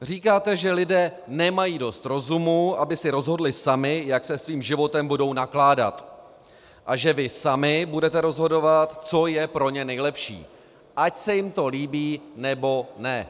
Říkáte, že lidé nemají dost rozumu, aby si rozhodli sami, jak se svým životem budou nakládat, a že vy sami budete rozhodovat, co je pro ně nejlepší, ať se jim to líbí, nebo ne.